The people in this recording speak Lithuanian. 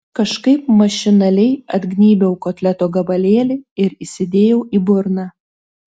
kažkaip mašinaliai atgnybiau kotleto gabalėlį ir įsidėjau į burną